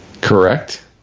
Correct